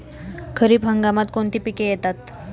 खरीप हंगामात कोणती पिके येतात?